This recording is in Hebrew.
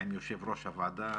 עם יושב ראש הוועדה,